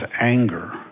anger